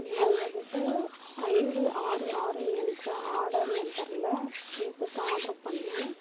நான் உங்கள் கிட்ட ஐந்து ஆறு ஆறு என்ற ஆர்டர் நம்பர்ல டிஷர்ட் ஆர்ட்ரு பண்ணேன்